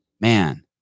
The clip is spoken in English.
man